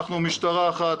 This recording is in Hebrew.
אנחנו משטרה אחת,